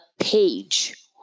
page